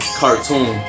cartoon